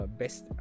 best